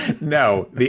No